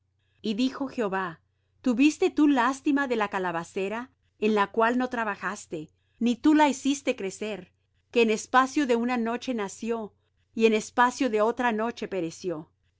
y dijo jehová tuviste tú lástima de la calabacera en la cual no trabajaste ni tú la hiciste crecer que en espacio de una noche nació y en espacio de otra noche pereció